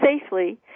safely